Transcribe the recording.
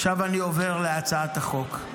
עכשיו אני עובר להצעת החוק.